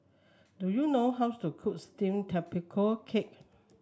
do you know how to cook steamed Tapioca Cake